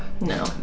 No